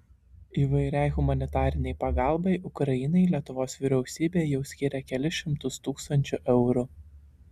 įvairiai humanitarinei pagalbai ukrainai lietuvos vyriausybė jau skyrė kelis šimtus tūkstančių eurų